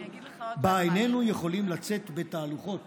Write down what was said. שבה איננו יכולים לצאת בתהלוכות